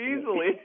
easily